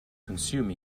consume